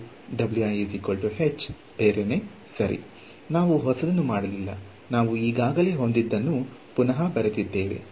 ಮತ್ತು ಅದನ್ನು ನಿರ್ದಿಷ್ಟಪಡಿಸಿದ ನಂತರ ಈಗ ನೀವು ಈ ಫಂಕ್ಷನ್ ಅನ್ನು ಹೊಂದಿದ್ದೀರಿ ಎಂದು ಭಾವಿಸೋಣ ಈಗ ನಾನು ನಿಮಗೆ ಹೇಳುತ್ತೇನೆ ಈಗ ನಾನು ಬೇರೆ ಯಾವುದಾದರೂ ಫಂಕ್ಷನ್ ಅನ್ನು ಸಂಯೋಜಿಸಲು ಬಯಸುತ್ತೇನೆ